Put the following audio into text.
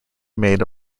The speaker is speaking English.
made